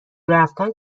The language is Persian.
رفتن